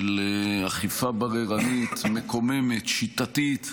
של אכיפה בררנית, מקוממת, שיטתית,